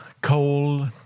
coal